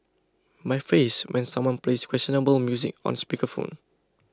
my face when someone plays questionable music on speaker phone